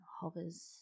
hovers